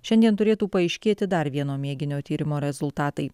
šiandien turėtų paaiškėti dar vieno mėginio tyrimo rezultatai